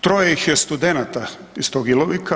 Troje ih je studenata iz tog Ilovika.